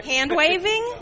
Hand-waving